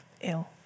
ill